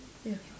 ya